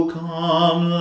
come